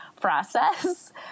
process